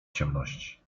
ciemności